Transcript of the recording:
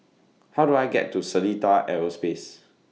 How Do I get to Seletar Aerospace